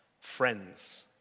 friends